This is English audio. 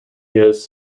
years